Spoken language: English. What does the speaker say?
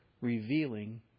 revealing